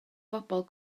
bobl